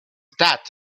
that